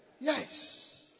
Yes